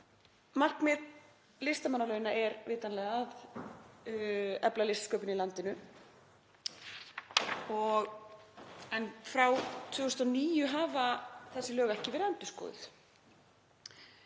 Markmið listamannalauna er vitanlega að efla listsköpun í landinu en frá 2009 hafa þessi lög ekki verið endurskoðuð.